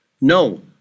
No